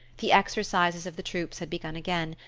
the exercises of the troops had begun again,